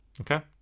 okay